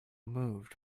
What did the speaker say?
moved